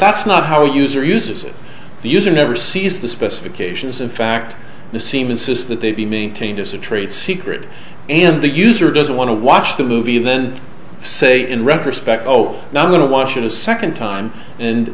that's not how the user uses it the user never sees the specifications in fact the seam insists that they be maintained as a trade secret and the user doesn't want to watch the movie and then say in retrospect oh now i'm going to watch it a second time and